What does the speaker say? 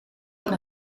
van